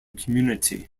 community